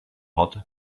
hot